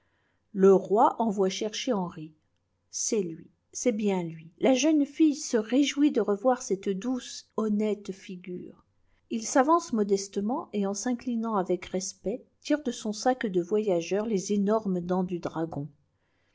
le roi envoyé chercher henri c'est lui c'est bien lui la jeune fille se réjouit de revoir cette douce honnête ligure il s'avance modestement et en s'inclinant avec respect tire de son sac de voyageur les énormes dents du dragon